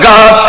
God